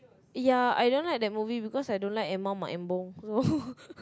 ya I don't like that movie because I don't like Emma-Maembong so